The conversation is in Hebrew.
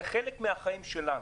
זה חלק מהחיים שלנו,